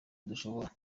dushobora